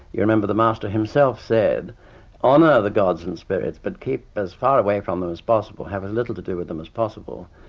you remember the master himself said honour the gods and spirits but keep as far away from them as possible have as little to do with them as possible,